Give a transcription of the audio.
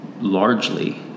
largely